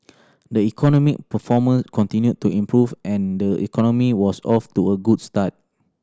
the economic performance continued to improve and the economy was off to a good start